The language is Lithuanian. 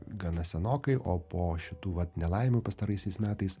gana senokai o po šitų vat nelaimių pastaraisiais metais